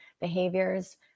behaviors